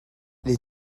les